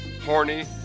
horny